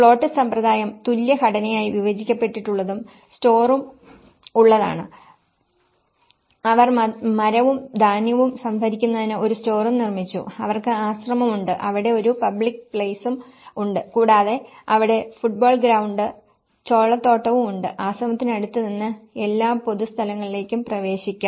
plot സമ്പ്രദായം തുല്യ ഘടനയായി വിഭജിക്കപ്പെട്ടിട്ടുള്ളതും സ്റ്റോറും ഉഉള്ളതാണ് അവർ മരവും ധാന്യവും സംഭരിക്കുന്നതിന് ഒരു സ്റ്റോറും നിർമ്മിച്ചു അവർക്ക് ആശ്രമവും ഉണ്ട് അവിടെ ഒരു പബ്ലിക് പ്ലേസും ഉണ്ട് കൂടാതെ അവിടെ ഫുട്ബോൾ ഗ്രൌണ്ട് ചോളത്തോട്ടവും ഉണ്ട് ആശ്രമത്തിനടുത്ത് നിന്ന് എല്ലാ പൊതു സ്ഥലങ്ങളിലേക്കും പ്രവേശിക്കാം